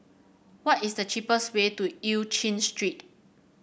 what is the cheapest way to Eu Chin Street